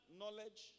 knowledge